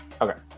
Okay